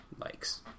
likes